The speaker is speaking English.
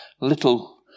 little